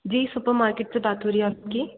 जी supermarket से बात हो रही है आपकी